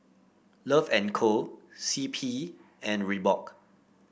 Love and Co C P and Reebok